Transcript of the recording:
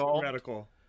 radical